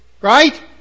Right